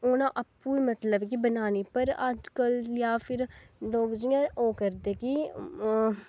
ओह् ना आपूं मतलब कि बनानी पर अज्ज कल जां फिर लोग जि'यां ओह् करदे कि